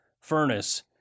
furnace